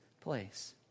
place